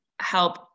help